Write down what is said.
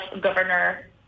Governor